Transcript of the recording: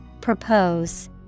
Propose